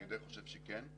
אני חושב שכן.